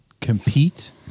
compete